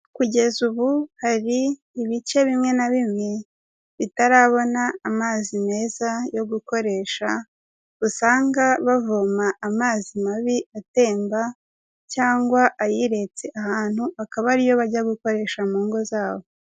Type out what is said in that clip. Kugeza ubu hari ibice bimwe na bimwe bitarabona amazi meza yo gukoresha, usanga bavoma amazi mabi atemba cyangwa ayiretse ahantu akaba ari yo bajya gukoresha mu ngo zabo.